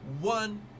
one